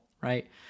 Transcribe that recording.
right